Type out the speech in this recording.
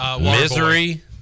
Misery